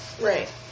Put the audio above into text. Right